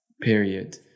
period